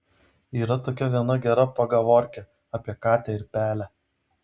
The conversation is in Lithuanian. yra tokia viena gera pagavorkė apie katę ir pelę